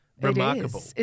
Remarkable